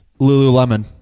Lululemon